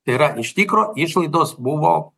tai yra iš tikro išlaidos buvo